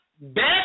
best